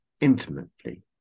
intimately